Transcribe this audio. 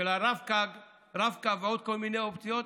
של הרב-קו ועוד כל מיני אופציות,